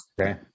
Okay